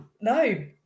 no